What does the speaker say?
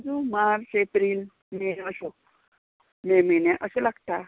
मार्च एप्रील मे अश्यो मे म्हयने अशें लागता